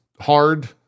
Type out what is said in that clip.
hard